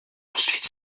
ensuite